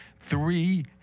Three –